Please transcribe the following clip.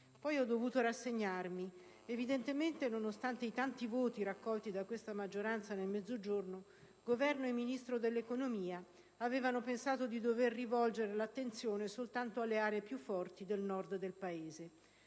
Poi ho dovuto rassegnarmi. Evidentemente, nonostante i tanti voti raccolti da questa maggioranza nel Mezzogiorno, Governo e Ministro dell'economia e delle finanze avevano pensato di dover rivolgere l'attenzione soltanto alle aree più forti del Nord del Paese.